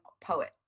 poet